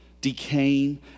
decaying